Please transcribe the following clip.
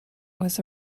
was